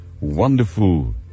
wonderful